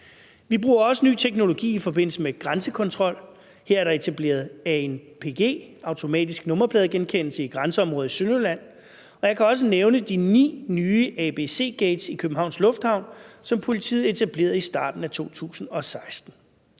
Vi bruger også ny teknologi i forbindelse med grænsekontrol. Her er der etableret ANPG, automatisk nummerpladegenkendelse, i grænseområdet i Sønderjylland, og jeg kan også nævne de ni nye ABC-gates i Københavns Lufthavn, som politiet etablerede i starten af 2016.